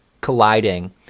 colliding